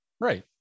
Right